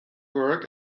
work